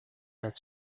that